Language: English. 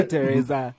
Teresa